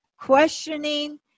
questioning